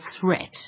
threat